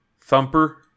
Thumper